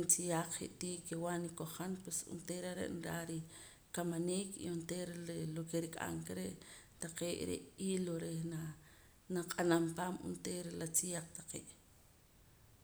nitziyaaq je'tii ke nwaa nikoj han pues onteera are' nraa rikamamniik y onteera lo ke nrik'an ka re' taqee' re' hilo reh na naq'anam paam onteera la tziyaq taqee'